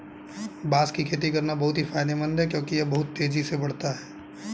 बांस की खेती करना बहुत ही फायदेमंद है क्योंकि यह बहुत तेजी से बढ़ता है